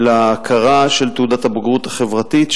אלא ההכרה של תעודת הבגרות החברתית,